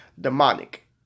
demonic